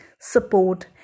support